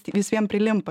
vis vien prilimpa